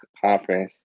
conference